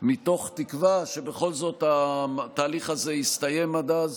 מתוך תקווה שבכל זאת התהליך הזה יסתיים עד אז.